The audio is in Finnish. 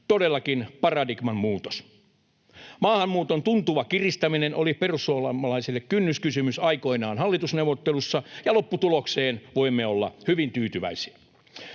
todellakin paradigman muutos. Maahanmuuton tuntuva kiristäminen oli perussuomalaisille kynnyskysymys aikoinaan hallitusneuvottelussa, ja lopputulokseen voimme olla hyvin tyytyväisiä.